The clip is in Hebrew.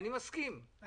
אני מסכים.